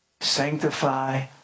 Sanctify